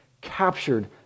captured